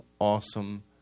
awesome